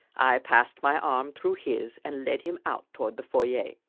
i passed my arm through his and led him out toward the foyer. you